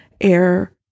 Air